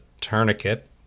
tourniquet